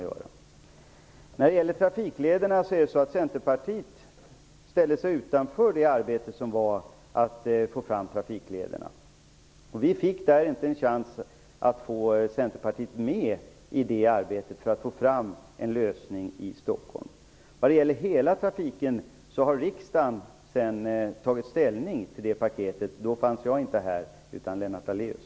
Vad gäller trafiklederna ställde sig Centerpartiet utanför arbetet med att få fram dessa. Vi fick inte en chans att få med Centerpartiet i det arbetet för att få fram en lösning i Stockholm. Riksdagen har sedan tagit ställning till hela trafikpaketet. Då fanns inte jag här, men däremot Lennart Daléus.